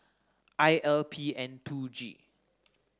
I L P N two G